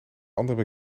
andere